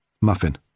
Muffin